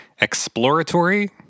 exploratory